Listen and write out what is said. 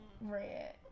Red